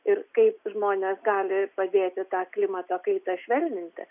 ir kaip žmonės gali padėti tą klimato kaitą švelninti